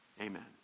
Amen